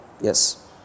yes